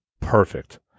Perfect